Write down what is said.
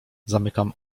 zamykam